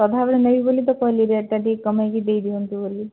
ସଦାବେଳେ ନେବି ବୋଲି ତ କହିଲି ରେଟଟା ଟିକେ କମେଇକି ଦେଇଦିଅନ୍ତୁ ବୋଲି